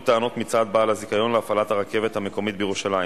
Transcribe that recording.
שיינתן לתקופה של ארבע שנים בכל פעם,